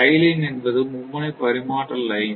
tie line என்பது மும்முனை பரிமாற்ற லைன்